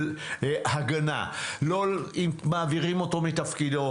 אני לא יודע אם האישי הפרקטי,